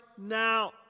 now